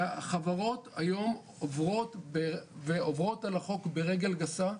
חברות היום עוברות על החוק ברגל גסה.